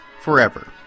forever